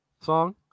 song